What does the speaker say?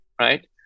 right